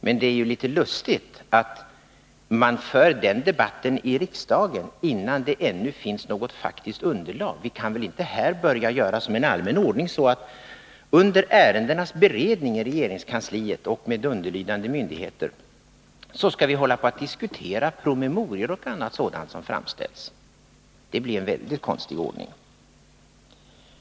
Men det är litet lustigt att man för den debatten i riksdagen innan det ännu finns något faktiskt underlag för den. Vi kan väl inte ha som en allmän ordning att vi i riksdagen under ärendenas beredning i regeringskansliet och underlydande myndigheter diskuterar promemorior och annat sådant som framställs? Det blir en väldigt konstig ordning.